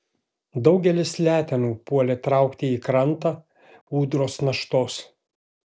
daugelis letenų puolė traukti į krantą ūdros naštos